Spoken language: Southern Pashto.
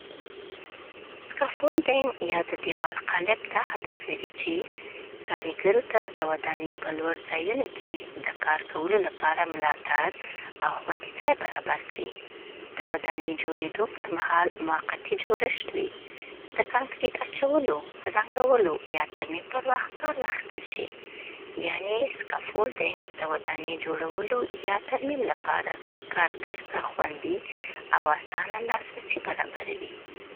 سکافولډینګ یا د دیوال قالب دا هدف لري چې: کاریګرو ته د ودانۍ په لوړ ځایونو کې د کار کولو لپاره ملاتړ او خوندي ځای برابر کړي. د ودانۍ جوړېدو پر مهال موقتي جوړښت وي. د کانکریټ اچولو، رنګولو، یا ترمیم پر وخت کار واخیستل شي. یعنې، سکافولډینګ د ودانۍ جوړولو یا ترمیم لپاره کارګر ته خوندی او اسانه لاسرسی برابروي.